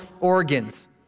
organs